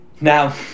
Now